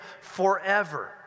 forever